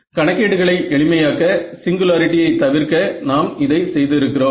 கணக்கீடுகளை எளிமையாக்க சிங்குலாரிட்டியை தவிர்க்க நாம் இதை செய்து இருக்கிறோம்